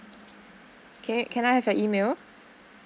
okay can I have your email